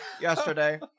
yesterday